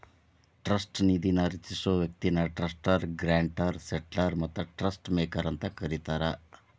trust ನಿಧಿನ ರಚಿಸೊ ವ್ಯಕ್ತಿನ ಟ್ರಸ್ಟರ್ ಗ್ರಾಂಟರ್ ಸೆಟ್ಲರ್ ಮತ್ತ ಟ್ರಸ್ಟ್ ಮೇಕರ್ ಅಂತ ಕರಿತಾರ